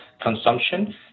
consumption